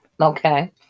Okay